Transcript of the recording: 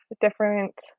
different